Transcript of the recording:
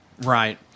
Right